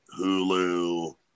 Hulu